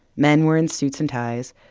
men wearing suits and ties,